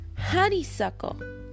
Honeysuckle